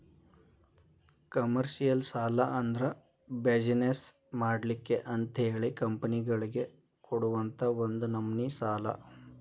commercial ಸಾಲಾ ಅಂದ್ರ business ಮಾಡ್ಲಿಕ್ಕೆ ಅಂತಹೇಳಿ ಕಂಪನಿಗಳಿಗೆ ಕೊಡುವಂತಾ ಒಂದ ನಮ್ನಿ ಸಾಲಾ